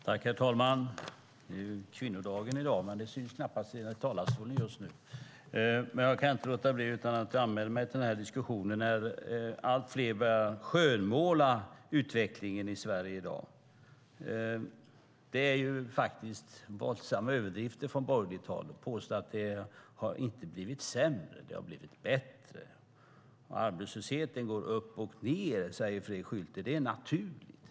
Herr talman! Det är kvinnodagen i dag, men det syns knappast i talarstolen just nu. Jag kunde inte låta bli att anmäla mig till debatten när allt fler börjar skönmåla utvecklingen i Sverige i dag. Det är våldsamma överdrifter från borgerligt håll att påstå att det inte har blivit sämre utan har blivit bättre. Arbetslösheten går upp och ned, säger Fredrik Schulte, och det är naturligt.